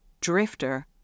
drifter